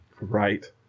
Right